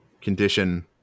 condition